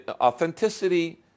Authenticity